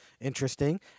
interesting